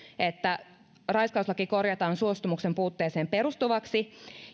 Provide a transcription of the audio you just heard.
että raiskauslaki korjataan suostumuksen puutteeseen perustuvaksi